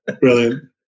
Brilliant